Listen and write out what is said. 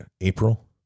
April